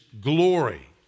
glory